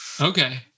Okay